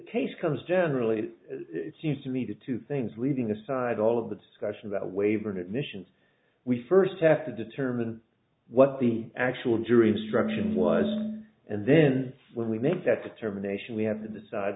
case comes generally it seems to me to two things leaving aside all of the discussion about a waiver an admissions we first have to determine what the actual jury instruction was and then when we make that determination we have to decide